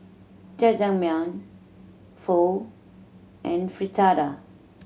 Jajangmyeon Pho and Fritada